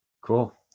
Cool